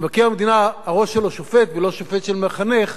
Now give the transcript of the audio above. שמבקר המדינה הראש שלו שופט ולא ראש של מחנך,